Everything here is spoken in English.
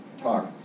talk